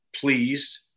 pleased